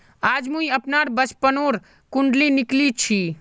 आज मुई अपनार बचपनोर कुण्डली निकली छी